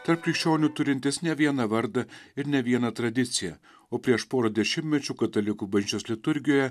tarp krikščionių turintis ne vieną vardą ir ne vieną tradiciją o prieš porą dešimtmečių katalikų bažnyčios liturgijoje